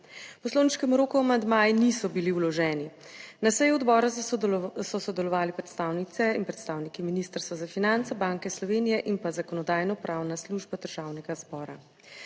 poslovniškem roku amandmaji niso bili vloženi. Na seji odbora so sodelovali predstavnice in predstavniki Ministrstva za finance, Banke Slovenije in pa Zakonodajno-pravna služba Državnega zbora.